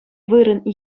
вырӑн